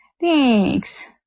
Thanks